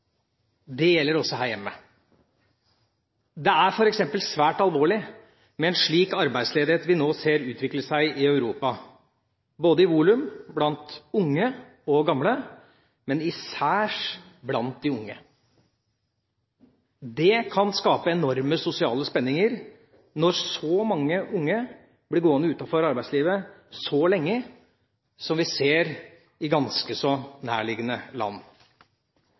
Det gjelder også her hjemme. Det er f.eks. svært alvorlig med en slik arbeidsledighet som vi nå ser utvikle seg i Europa, både i volum blant unge og gamle og særs blant de unge. Det kan skape enorme sosiale spenninger når så mange unge blir gående utenfor arbeidslivet så lenge som vi ser i ganske så nærliggende land.